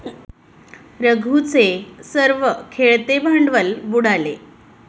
रघूचे सर्व खेळते भांडवल बुडाले